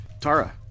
Tara